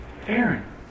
Aaron